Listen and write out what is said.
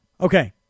Okay